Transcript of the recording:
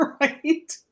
right